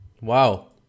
Wow